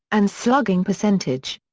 and slugging percentage.